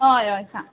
हय हय सांग